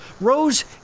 Rose